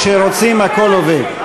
כשרוצים, הכול עובד.